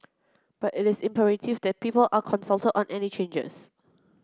but it is imperative that people are consulted on any changes